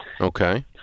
Okay